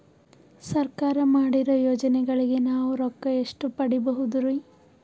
ಸರ್ಕಾರ ಮಾಡಿರೋ ಯೋಜನೆಗಳಿಗೆ ನಾವು ರೊಕ್ಕ ಎಷ್ಟು ಪಡೀಬಹುದುರಿ?